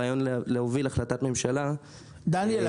הרעיון להוביל החלטת ממשלה --- דניאל,